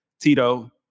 Tito